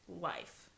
life